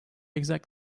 exact